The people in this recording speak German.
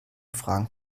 fragen